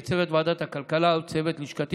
צוות ועדת הכלכלה ולצוות לשכתי,